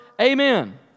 Amen